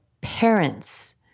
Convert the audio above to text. parents